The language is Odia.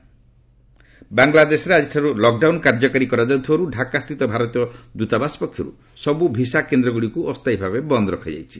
ବାଂଲାଦେଶ ଇଣ୍ଡିଆ ଭିସା ବାଂଲାଦେଶରେ ଆଜିଠାରୁ ଲକ୍ଡାଉନ୍ କାର୍ଯ୍ୟକାରୀ କରାଯାଉଥିବାରୁ ତାକା ସ୍ଥିତ ଭାରତୀୟ ଦୂତାବାସ ପକ୍ଷରୁ ସବୁ ଭିସା କେନ୍ଦ୍ରଗୁଡ଼ିକୁ ଅସ୍ଥାୟୀ ଭାବେ ବନ୍ଦ୍ ରଖାଯାଇଛି